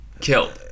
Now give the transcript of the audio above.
killed